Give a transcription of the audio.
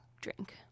drink